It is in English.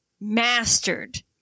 mastered